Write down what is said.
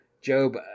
Job